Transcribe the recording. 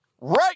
right